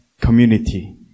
Community